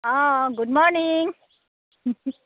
অঁ good morning